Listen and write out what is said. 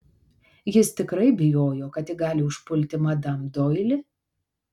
jis tikrai bijojo kad ji gali užpulti madam doili